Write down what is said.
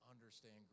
understand